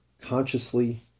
consciously